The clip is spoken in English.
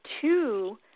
two